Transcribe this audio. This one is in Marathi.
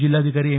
जिल्हाधिकारी एम